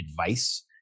advice